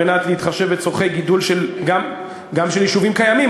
כדי להתחשב בצורכי גידול גם של יישובים קיימים,